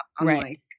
Right